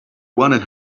wanted